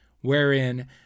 wherein